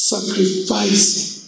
Sacrificing